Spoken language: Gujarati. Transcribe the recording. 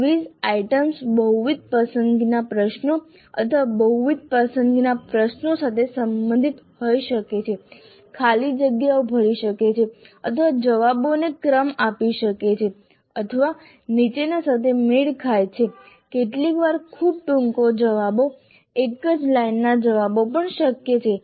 ક્વિઝ આઇટમ્સ બહુવિધ પસંદગીના પ્રશ્નો અથવા બહુવિધ પસંદગીના પ્રશ્નો સાથે સંબંધિત હોઈ શકે છે ખાલી જગ્યાઓ ભરી શકે છે અથવા જવાબોને ક્રમ ક્રમ આપી શકે છે અથવા નીચેના સાથે મેળ ખાય છે કેટલીકવાર ખૂબ ટૂંકા જવાબો એક જ લાઇનના જવાબો પણ શક્ય છે